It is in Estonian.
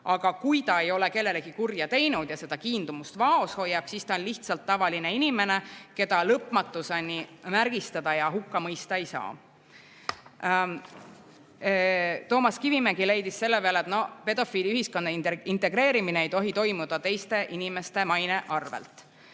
Aga kui ta ei ole kellelegi kurja teinud ja seda kiindumust vaos hoiab, siis on ta lihtsalt tavaline inimene, keda lõpmatuseni märgistada ja hukka mõista ei saa. Toomas Kivimägi leidis selle peale, et pedofiili ühiskonda integreerimine ei tohi toimuda teiste inimeste maine arvel. Mina